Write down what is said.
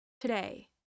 Today